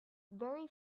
very